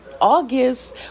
August